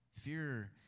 Fear